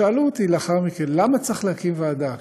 שאלו אותי לאחר מכן: למה צריך להקים ועדה,